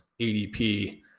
adp